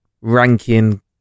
ranking